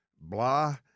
blah